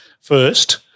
first